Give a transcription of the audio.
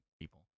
people